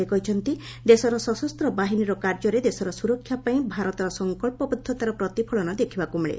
ସେ କହିଛନ୍ତି ଦେଶର ସଶସ୍ତ ବାହିନୀର କାର୍ଯ୍ୟରେ ଦେଶର ସୁରକ୍ଷା ପାଇଁ ଭାରତର ସଙ୍କଚ୍ଚବଦ୍ଧତାର ପ୍ରତିଫଳନ ଦେଖିବାକୁ ମିଳେ